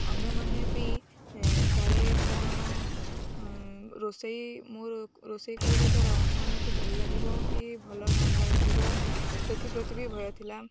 ଅନ୍ୟମାନେ ବି କାଳେ କ'ଣ ରୋଷେଇ ମୋ ରୋଷେଇ କରିବା ଦ୍ୱାରା ଅନ୍ୟମାନଙ୍କୁ ଭଲ ଲାଗିବ କି ଭଲ ନ ଲାଗିବ ସେଥିପ୍ରତି ବି ଭୟ ଥିଲା